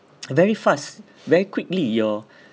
very fast very quickly your